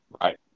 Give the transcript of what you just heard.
right